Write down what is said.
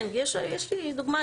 כן, יש לי דוגמה.